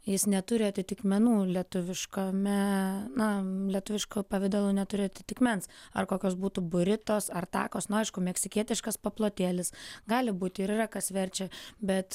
jis neturi atitikmenų lietuviškame na lietuviško pavidalo neturi atitikmens ar kokios būtų buritos ar takos na aišku meksikietiškas paplotėlis gali būti ir yra kas verčia bet